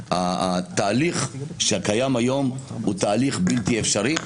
התהליך שקיים היום הוא תהליך בלתי אפשרי.